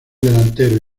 delantero